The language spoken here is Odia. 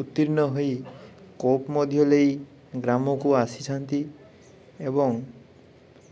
ଉତୀର୍ଣ୍ଣ ହୋଇ କୋପ୍ ମଧ୍ୟ ଲେଈ ଗ୍ରାମକୁ ଆସିଛନ୍ତି ଏବଂ